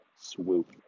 swoop